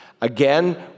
Again